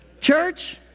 Church